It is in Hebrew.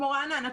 כמו רעננה,